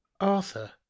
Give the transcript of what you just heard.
Arthur